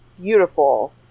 beautiful